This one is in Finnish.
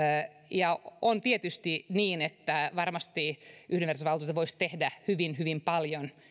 ja on tietysti niin että varmasti yhdenvertaisuusvaltuutettu voisi tehdä hyvin hyvin paljon